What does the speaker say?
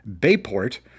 Bayport